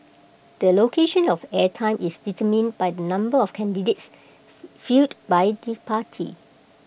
the allocation of air time is determined by the number of candidates fielded by the party